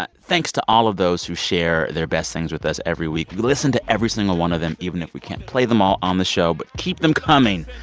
but thanks to all of those who share their best things with us every week. we listen to every single one of them even if we can't play them all on the show, but keep them coming.